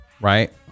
right